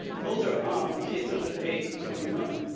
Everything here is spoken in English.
those are um kids under the age of twenty one.